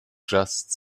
just